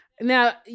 Now